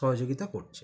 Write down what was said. সহযোগিতা করছে